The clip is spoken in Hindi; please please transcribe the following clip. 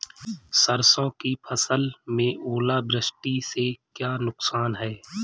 सरसों की फसल में ओलावृष्टि से क्या नुकसान है?